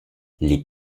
les